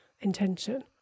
intention